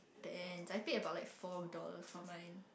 I paid about four dollars for mine